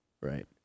Right